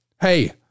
hey